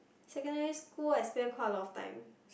secondary school I spend quite a lot of time